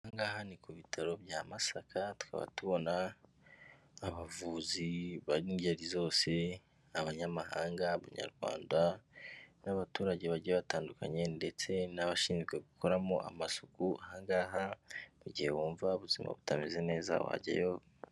Aha ngaha ni ku bitaro bya Masaka tukaba tubona abavuzi b'ingeri zose abanyamahanga, abanyarwanda, n'abaturage bagiye batandukanye, ndetse n'abashinzwe gukoramo amasuku aha ngaha mu gihe wumva ubuzima butameze neza wajyayo.